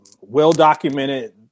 well-documented